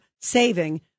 saving